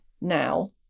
now